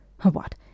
What